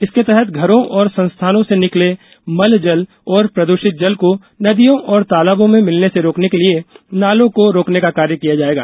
इसके तहत घरों और संस्थानों से निकले मल जल और प्रदृषित जल को नदियों और तालाबों में मिलने से रोकने के लिए नालों को रोकने का कार्य किया जाएगा